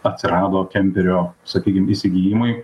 atsirado kemperio sakykim įsigijimui